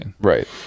Right